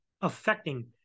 affecting